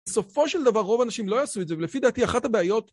בסופו של דבר רוב האנשים לא יעשו את זה, ולפי דעתי אחת הבעיות